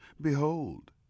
behold